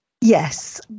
yes